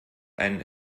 einen